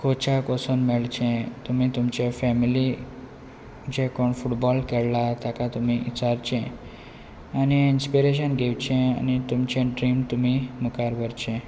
कोचाक मेळचे तुमी तुमचे फॅमिली जे कोण फुटबॉल खेळ्ळा ताका तुमी विचारचें आनी इन्स्पिरेशन घेवचें आनी तुमचे ड्रीम तुमी मुखार व्हरचें